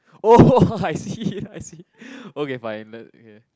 oh I see I see okay fine that okay